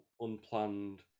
unplanned